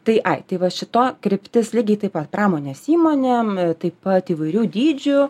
tai ai tai va šito kryptis lygiai taip pat pramonės įmonėm taip pat įvairių dydžių